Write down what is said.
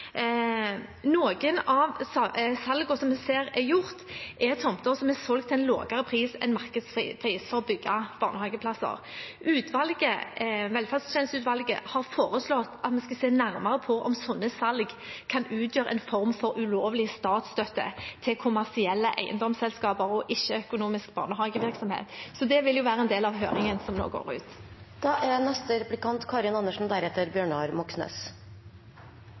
en lavere pris enn markedspris, for å bygge barnehageplasser. Velferdstjenesteutvalget har foreslått at vi skal se nærmere på om slike salg kan utgjøre en form for ulovlig statsstøtte til kommersielle eiendomsselskaper og ikke økonomisk barnehagevirksomhet. Det vil være en del av høringsrunden som nå skal skje. Når det er mulig å bli mangemilliardær på barnehager i Norge, da er